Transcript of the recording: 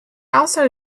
also